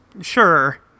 Sure